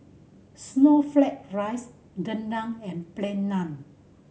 snowflake ice rendang and Plain Naan